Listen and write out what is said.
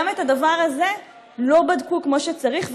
גם את הדבר הזה לא בדקו כמו שצריך.